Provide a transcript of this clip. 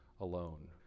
alone